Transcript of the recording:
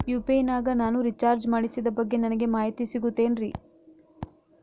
UPI ನಾಗ ನಾನು recharge ಮಾಡಿಸಿದ ಬಗ್ಗೆ ನನಗೆ ಮಾಹಿತಿ ಸಿಗುತೇನ್ರೀ?